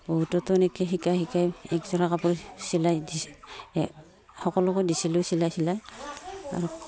ৰৌতাটো এনেকৈ শিকাই শিকাই একযোৰা কাপোৰ চিলাই দি সকলোকে দিছিলোঁ চিলাই চিলাই আৰু